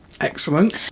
excellent